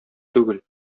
түгел